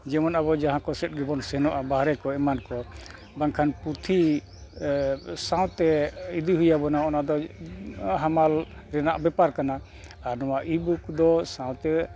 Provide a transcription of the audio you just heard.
ᱡᱮᱢᱚᱱ ᱟᱵᱚ ᱡᱟᱦᱟᱸ ᱠᱚᱥᱮᱫ ᱜᱮᱵᱚᱱ ᱥᱮᱱᱚᱜᱼᱟ ᱵᱟᱦᱨᱮ ᱠᱚ ᱮᱢᱟᱱ ᱠᱚ ᱵᱟᱝᱠᱷᱟᱱ ᱯᱩᱛᱷᱤ ᱥᱟᱶᱛᱮ ᱤᱫᱤ ᱦᱩᱭᱟᱵᱚᱱᱟ ᱚᱱᱟ ᱫᱚ ᱦᱟᱢᱟᱞ ᱨᱮᱱᱟᱜ ᱵᱮᱯᱟᱨ ᱠᱟᱱᱟ ᱟᱨ ᱱᱚᱣᱟ ᱤᱼᱵᱩᱠ ᱫᱚ ᱥᱟᱶᱛᱮ